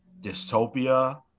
dystopia